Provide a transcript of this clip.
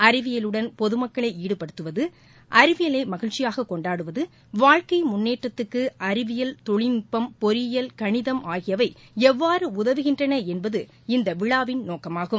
அறிவியலுடன் பொதுமக்களை ஈடுபடுத்துவது அறிவியலை மகிழ்ச்சியாக கொண்டாடுவது வாழ்க்கை முன்னேற்றத்துக்கு அறிவியல் தொழில்நட்பம் பொறியியல் கணிதம் ஆகியவை எல்வாறு உதவுகின்றன என்பது இந்த விழாவின் நோக்கமாகும்